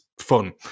fun